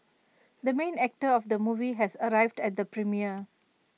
the main actor of the movie has arrived at the premiere